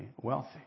wealthy